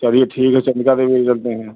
चलिए ठीक है चन्द्रिका देवी चलते हैं